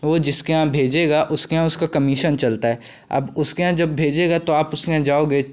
वे जिसके यहाँ भेजेगा उसके यहाँ उसका कमीशन चलता है अब उसके यहाँ जब भेजेगा तो आप उसके यहाँ जाओगे